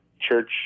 church